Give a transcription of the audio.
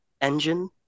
Engine